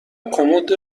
کمد